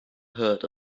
heard